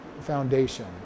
foundation